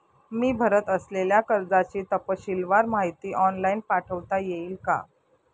मी भरत असलेल्या कर्जाची तपशीलवार माहिती ऑनलाइन पाठवता येईल का?